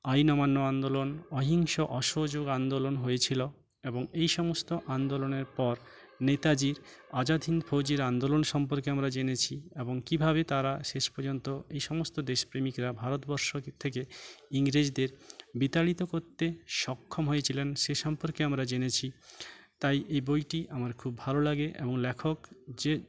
আইন অমান্য আন্দোলন অহিংস অসহযোগ আন্দোলন হয়েছিলো এবং এই সমস্ত আন্দোলনের পর নেতাজীর আজাদ হিন্দ ফৌজের আন্দোলন সম্পর্কে আমরা জেনেছি এবং কীভাবে তারা শেষ পোযন্ত এই সমস্ত দেশ প্রেমিকরা ভারতবর্ষ থেকে ইংরেজদের বিতাড়িত কোত্তে সক্ষম হয়েছিলাম সেই সম্পর্কে আমরা জেনেছি তাই এই বইটি আমার খুব ভালো লাগে এবং লেখক যে